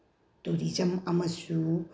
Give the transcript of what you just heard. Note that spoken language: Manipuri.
ꯇꯨꯔꯤꯖꯝ ꯑꯃꯁꯨ